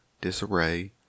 disarray